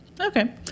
Okay